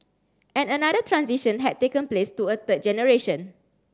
and another transition had taken place to a third generation